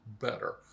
better